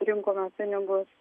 rinkome pinigus